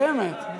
משתלמת.